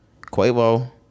Quavo